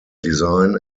design